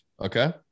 Okay